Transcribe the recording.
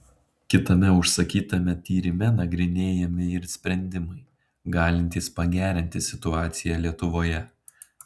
kitame užsakytame tyrime nagrinėjami ir sprendimai galintys pagerinti situaciją lietuvoje